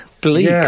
bleak